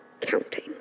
counting